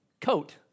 coat